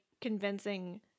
convincing